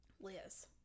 Liz